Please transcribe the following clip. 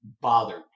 bothered